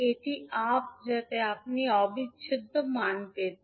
এটি আপ যাতে আপনি অবিচ্ছেদ্য মান পেতে